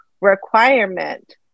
requirement